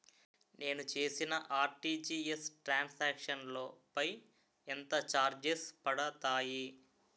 నేను చేసిన RTGS transaction లో పై ఎంత చార్జెస్ పడతాయి?